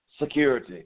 security